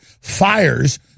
fires